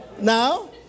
Now